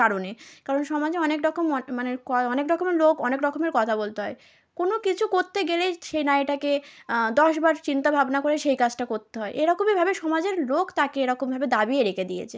কারণে কারণ সমাজে অনেকরকম মানে অনেকরকমের লোক অনেকরকমের কথা বলতে হয় কোনও কিছু করতে গেলেই সেই নারীটাকে দশবার চিন্তাভাবনা করে সেই কাজটা করতে হয় এরকমইভাবে সমাজের লোক তাকে এরকমভাবে দাবিয়ে রেখে দিয়েছে